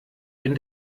ein